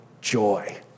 joy